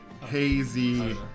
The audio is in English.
hazy